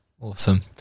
Awesome